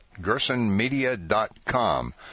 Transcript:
gersonmedia.com